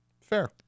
Fair